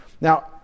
now